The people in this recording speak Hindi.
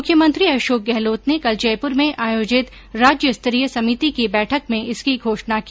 मुख्यमंत्री अशोक गहलोत ने कल जयपुर में आयोजित राज्य स्तरीय समिति की बैठक में इसकी घोषणा की